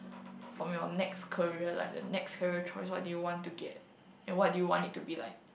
from your next career like the next career choice what do you want to get and what do you want it to be like